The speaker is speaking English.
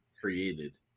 created